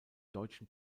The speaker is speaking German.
deutschen